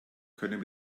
können